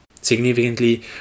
Significantly